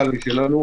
משלנו.